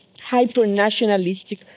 hyper-nationalistic